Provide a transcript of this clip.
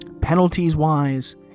Penalties-wise